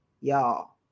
Y'all